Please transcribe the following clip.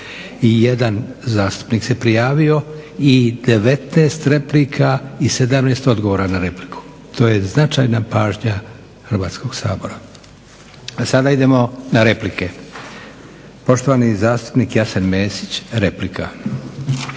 jedan zastupnik se prijavio i 19 replika i 17 odgovora na repliku. To je značajna pažnja Hrvatskog sabora. A sada idemo na replike. Poštovani zastupnik Jasen Mesić, replika.